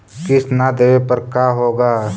किस्त न देबे पर का होगा?